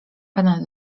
pana